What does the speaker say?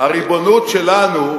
הריבונות שלנו,